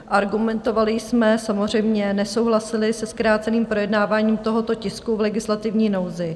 Argumentovali jsme, samozřejmě nesouhlasili se zkráceným projednáváním tohoto tisku v legislativní nouzi.